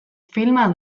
filma